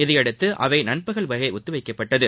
இதையடுத்து அவை நண்பகல் வரை ஒத்திவைக்கப்பட்டது